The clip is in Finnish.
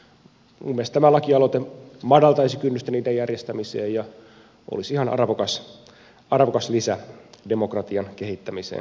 minun mielestäni tämä lakialoite madaltaisi kynnystä niiden järjestämiseen ja olisi ihan arvokas lisä demokratian kehittämiseen suomessa